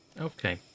okay